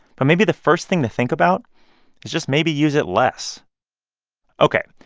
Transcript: but maybe the first thing to think about is just maybe use it less ok.